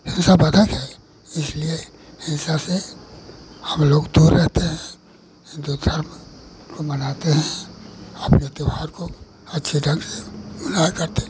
हिंसावर्धक है इसलिए हिंसा से हम लोग दूर रहते हैं हिन्दू धर्म को मनाते हैं अपने त्यौहार को अच्छे ढ़ंग से मनाया करते